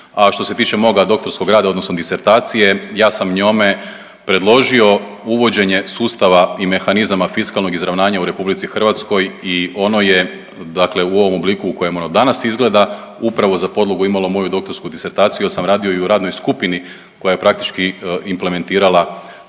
A što se tiče moga doktorskog rada, odnosno disertacije ja sam njome predložio uvođenje sustava i mehanizama fiskalnog izravnanja u Republici Hrvatskoj i ono je, dakle u ovom obliku u kojem ono danas izgleda upravo za podlogu imalo moju doktorsku disertaciju jer sam radio i u radnoj skupini koja je praktički implementirala